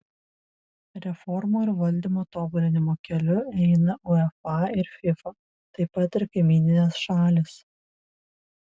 reformų ir valdymo tobulinimo keliu eina uefa ir fifa taip pat ir kaimyninės šalys